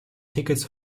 tickets